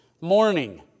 morning